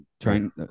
trying